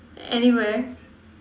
anywhere